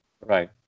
Right